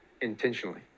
intentionally